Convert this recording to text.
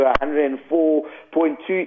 104.2